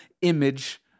image